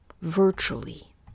virtually